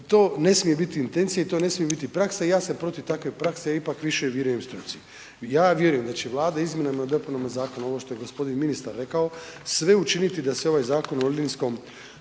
to ne smije biti intencija i to ne smije biti praksa i ja sam protiv takve prakse ja ipak više vjerujem struci. Ja vjerujem da će Vlada izmjenama i dopunama zakona, ovo što je gospodin ministar rekao sve učiniti da se ovaj Zakona o linijskom